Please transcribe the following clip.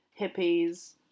hippies